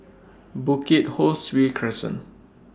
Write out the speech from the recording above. Bukit Ho Swee Crescent